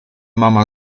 mama